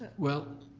well,